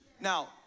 Now